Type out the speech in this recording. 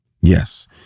Yes